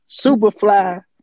Superfly